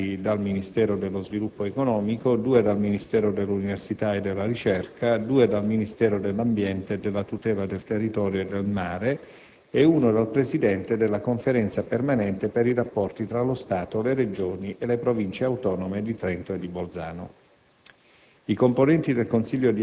dei quali due designati dal Ministero dello sviluppo economico, due dal Ministero dell'università e della ricerca, due dal Ministero dell'ambiente e della tutela del territorio e del mare e uno dal Presidente della Conferenza permanente per i rapporti tra lo Stato, le Regioni e le Province autonome di Trento e di Bolzano.